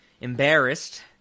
embarrassed